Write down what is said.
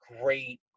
great